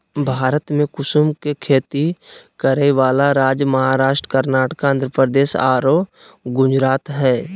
भारत में कुसुम के खेती करै वाला राज्य महाराष्ट्र, कर्नाटक, आँध्रप्रदेश आरो गुजरात हई